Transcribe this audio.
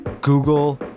Google